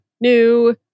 new